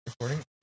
recording